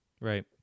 Right